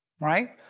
Right